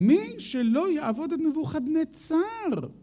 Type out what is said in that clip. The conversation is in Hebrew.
מי שלא יעבוד את נבוכדנצר?